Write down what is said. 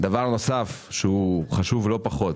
דבר נוסף שהוא חשוב לא פחות,